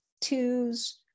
Twos